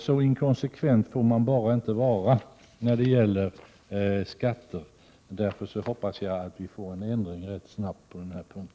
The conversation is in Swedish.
Så inkonsekvent får man bara inte vara när det gäller skatter. Därför hoppas jag att vi får en ändring till stånd på den punkten rätt snabbt.